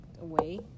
away